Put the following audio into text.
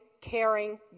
caring